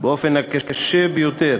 באופן קשה ביותר